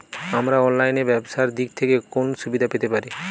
আমরা অনলাইনে ব্যবসার দিক থেকে কোন সুবিধা পেতে পারি?